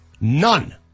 None